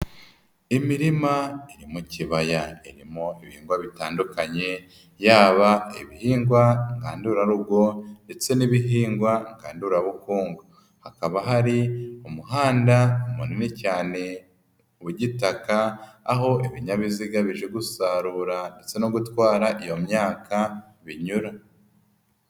Imirima iri mu kibaya irimo ibihingwa bitandukanye. Yaba ibihingwa ngandurarugo ndetse n'ibihingwa ngandurabukungu. Hakaba hari umuhanda munini cyane w'igitaka. Aho ibinyabiziga bije gusarura no gutwara iyo myaka binyura.